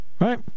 right